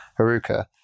haruka